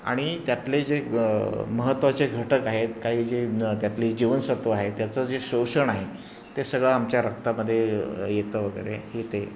आणि त्यातले जे महत्त्वाचे घटक आहेत काही जे त्यातले जीवनसत्व आहे त्याचं जे शोषण आहे ते सगळं आमच्या रक्तामध्ये येतं वगैरे हे ते